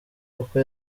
kuko